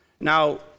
Now